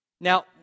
Now